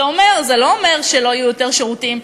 זה לא אומר שלא יהיו יותר שירותים,